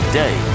day